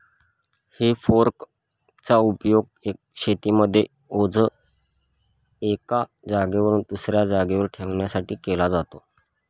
हे फोर्क चा उपयोग शेतीमध्ये ओझ एका जागेवरून दुसऱ्या जागेवर ठेवण्यासाठी केला जातो